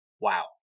Wow